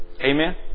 Amen